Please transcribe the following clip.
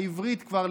העברית כבר,